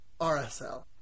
RSL